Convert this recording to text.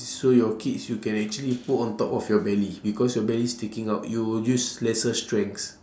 so your kids you can actually put on top of your belly because your belly sticking out you will use lesser strength